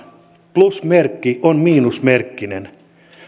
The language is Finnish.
plusmerkki on miinusmerkkinen